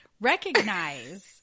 recognize